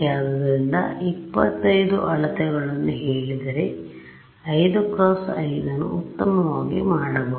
ಆದ್ದರಿಂದ 25 ಅಳತೆಗಳನ್ನು ಹೇಳಿದರೆ 5 × 5 ಅನ್ನು ಉತ್ತಮವಾಗಿ ಮಾಡಬಹುದು